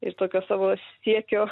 ir tokio savo siekio